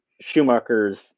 Schumacher's